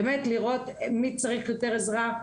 באמת לראות מי צריך יותר עזרה,